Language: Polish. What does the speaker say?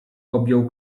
objął